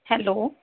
hello